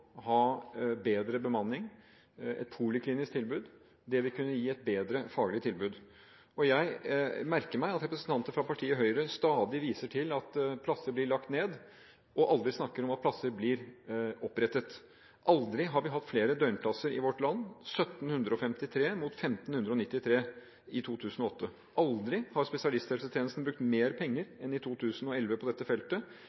ha bedre bemanning og få et poliklinisk tilbud, vil kunne gi et bedre faglig tilbud. Jeg merker meg at representanter fra partiet Høyre stadig viser til at plasser blir lagt ned, men snakker aldri om at plasser blir opprettet. Aldri har vi hatt flere døgnplasser i vårt land – 1 753 mot 1 593 i 2008. Aldri har spesialisthelsetjenesten brukt mer